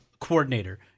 coordinator